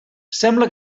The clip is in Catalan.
sembla